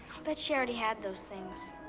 i'll bet she already had those things.